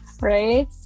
Right